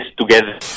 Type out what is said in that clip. together